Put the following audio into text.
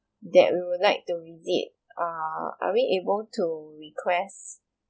that we would like to visit uh are we able to request